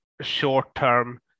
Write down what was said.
short-term